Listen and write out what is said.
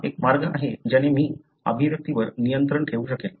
हा एक मार्ग आहे ज्याने मी अभिव्यक्तीवर नियंत्रण ठेवू शकेन